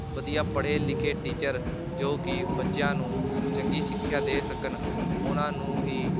ਵਧੀਆ ਪੜ੍ਹੇ ਲਿਖੇ ਟੀਚਰ ਜੋ ਕਿ ਬੱਚਿਆਂ ਨੂੰ ਚੰਗੀ ਸਿੱਖਿਆ ਦੇ ਸਕਣ ਉਹਨਾਂ ਨੂੰ ਹੀ